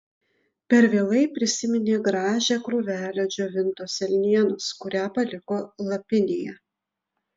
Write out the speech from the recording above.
per vėlai prisiminė gražią krūvelę džiovintos elnienos kurią paliko lapinėje